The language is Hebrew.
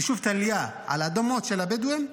היישוב טליה, על האדמות של הבדואים.